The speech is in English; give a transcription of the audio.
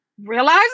realize